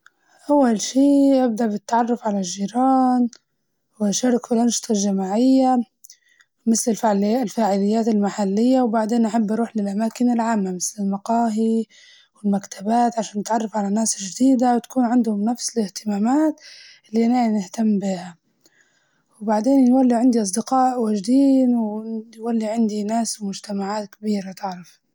أول شي أبدأ بالتعرف على الجيران وأشاركه الأنشطة الجماعية مسل الفعل- الفعاليات المحلية وبعدين أحب أروح للأماكن العامة مسل المقاهي والمكتبات عشان أتعرف على ناس جديدة وتكون عندهم نفس الاهتمامات اللي إنا نهتم بيها، وبعدين نولي عندي أصدقاء واجدين ون- نولي عندي ناس مجتمعات كبيرة تعرف.